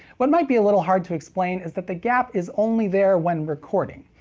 what might be a little hard to explain is that the gap is only there when recording.